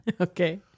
Okay